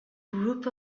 groups